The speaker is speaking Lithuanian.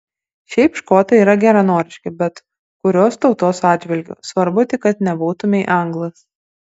šiaip škotai yra geranoriški bet kurios tautos atžvilgiu svarbu tik kad nebūtumei anglas